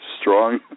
strong